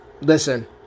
Listen